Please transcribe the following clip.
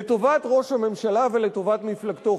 לטובת ראש הממשלה ולטובת מפלגתו,